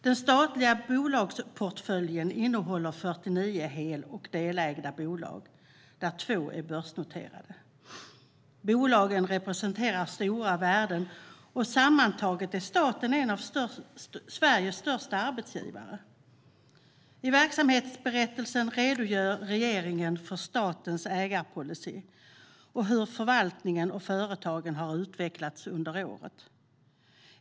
Den statliga bolagsportföljen innehåller 49 hel och delägda bolag. Två är börsnoterade. Bolagen representerar stora värden, och sammantaget är staten en av Sveriges största arbetsgivare. I verksamhetsberättelsen redogör regeringen för statens ägarpolicy och hur förvaltningen och företagen har utvecklats under året.